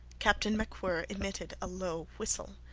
captain macwhirr emitted a low whistle.